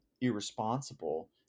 irresponsible